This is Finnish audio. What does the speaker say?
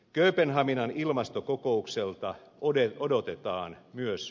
kööpenhaminan ilmastokokoukselta odotetaan myös paljon